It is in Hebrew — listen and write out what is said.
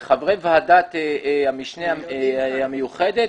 לחברי ועדת המשנה המיוחדת,